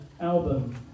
album